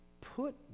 put